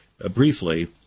briefly